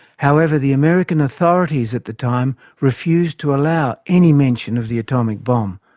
however the american authorities at the time refused to allow any mention of the atomic bomb.